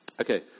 Okay